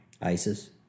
ISIS